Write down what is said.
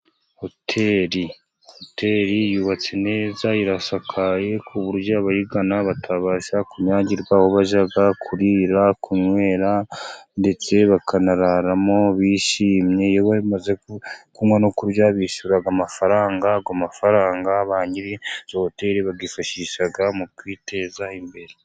Hoteri yubatse neza, irasakaye ku buryo abayigana batabasha kunyagirwa, aho bajya kurira, kunywera, ndetse bakanararamo bishimye, bamaze kunywa no kurya, bishyura amafaranga ku mafaranga, ba nyirizo hoteri bayifashisha mu kwiteza imbere.